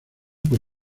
por